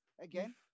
again